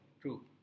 True